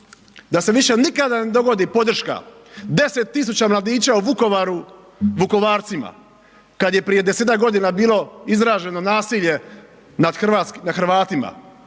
da se više nikada ne dogodi podrška 10 000 mladića u Vukovaru Vukovarcima, kad je prije 10-tak godina bilo izraženo nasilje nad Hrvatima